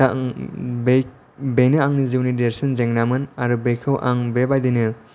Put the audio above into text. दा बै बेनो आंनि जिउनि देरसिन जेंनामोन आरो बेखौ आं बेबायदिनो